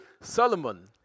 Solomon